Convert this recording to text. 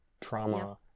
trauma